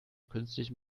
künstlichen